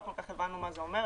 לא כל כך הבנו מה זה אומר.